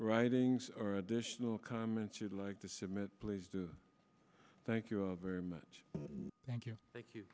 writings or additional comments you'd like to submit please do thank you all very much thank you thank you